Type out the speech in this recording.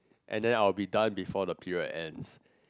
and then I will be done before the period ends